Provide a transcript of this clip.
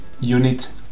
unit